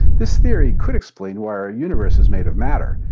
this theory could explain why our universe is made of matter,